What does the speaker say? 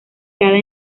cada